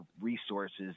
resources